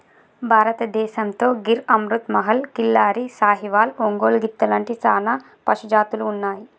భారతదేసంతో గిర్ అమృత్ మహల్, కిల్లారి, సాహివాల్, ఒంగోలు గిత్త లాంటి సానా పశుజాతులు ఉన్నాయి